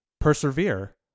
persevere